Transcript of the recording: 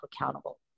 accountable